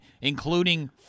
including